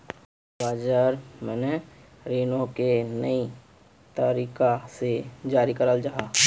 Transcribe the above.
bond बाज़ार में रीनो को नए तरीका से जारी कराल जाहा